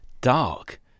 dark